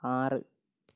ആറ്